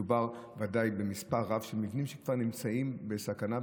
מדובר ודאי במספר רב של מבנים שכבר נמצאים בסכנה.